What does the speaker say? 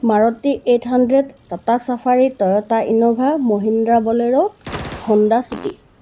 Maruti eight hundred Tata Safari Toyota Innova Mahindra Bolero Honda city